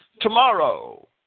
tomorrow